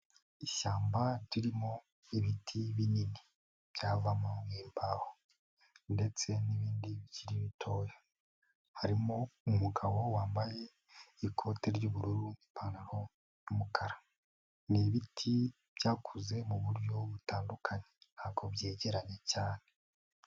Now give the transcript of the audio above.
Ishyamba ririmo ibiti binini byavamo nk'imbaho ndetse n'ibindi bikiri bitoya. Harimo umugabo wambaye ikote ry'ubururu n'ipantaro y'umukara. Ni ibiti byakuze mu buryo butandukanye, ntabwo byegeranye cyane.